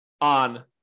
on